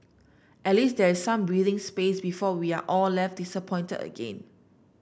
at least there is some breathing space before we are all left disappointed again